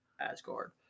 asgard